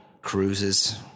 cruises